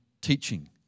teaching